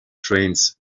trains